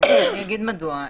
אני אגיד מדוע.